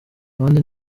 abandi